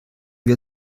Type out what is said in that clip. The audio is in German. wir